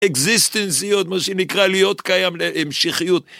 אקזיסטנציות, מה שנקרא להיות קיים להמשיכיות.